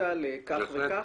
שהתחייבת לכך וכך?